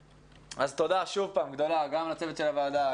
אז תודה שוב פעם גדולה גם לצוות של הוועדה,